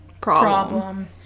problem